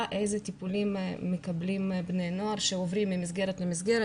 איזה טיפולים מקבלים בני נוער שעוברים ממסגרת למסגרת,